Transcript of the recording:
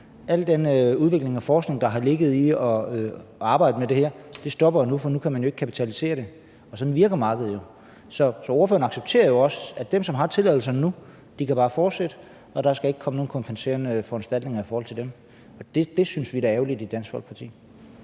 Al den udvikling og forskning, der har ligget i arbejdet med det her, stopper jo nu, for nu kan man ikke kapitalisere det. Sådan virker markedet jo. Så ordføreren accepterer jo også, at dem, som har tilladelserne nu, bare kan fortsætte, og at der ikke skal komme nogen kompenserende foranstaltninger i forhold til dem. Det synes vi i Dansk Folkeparti